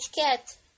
cat